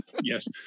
yes